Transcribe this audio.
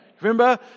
Remember